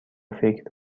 فکر